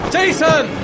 Jason